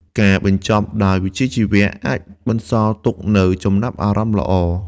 ការបញ្ចប់ដោយវិជ្ជាជីវៈអាចបន្សល់ទុកនូវចំណាប់អារម្មណ៍ល្អ។